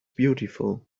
beautiful